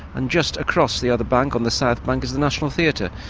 and just across the other bank on the south bank is the national theatre,